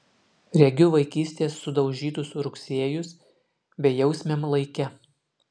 regiu vaikystės sudaužytus rugsėjus bejausmiam laike